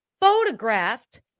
photographed